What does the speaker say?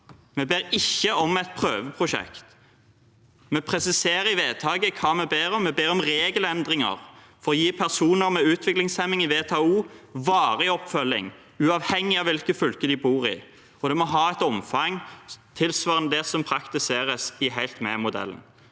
Vi ber ikke om et prøveprosjekt. Vi presiserer i vedtaket hva vi ber om. Vi ber om regelendringer for å gi personer med utviklingshemming i VTA-O varig oppfølging, uavhengig av hvilket fylke de bor i, for det må ha et omfang tilsvarende det som